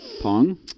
Pong